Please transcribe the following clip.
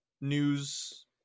news